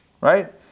right